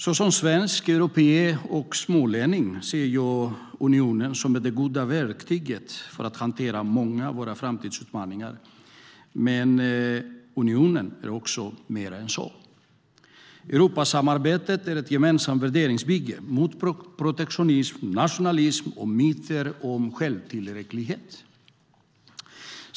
Såsom svensk, europé och smålänning ser jag unionen som det goda verktyget för att hantera många av våra framtidsutmaningar. Men unionen är också mer än så. Europasamarbetet är ett gemensamt värderingsbygge mot protektionism, nationalism och myter om självtillräcklighet.